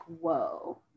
whoa